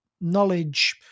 knowledge